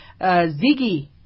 Ziggy